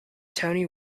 tony